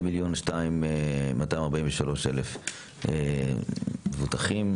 2,243,000 מיליון מבוטחים.